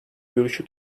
görüşü